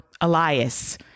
Elias